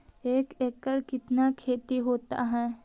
एक एकड़ कितना खेति होता है?